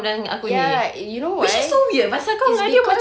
ya eh you know why it's because